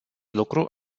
lucru